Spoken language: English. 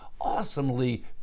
awesomely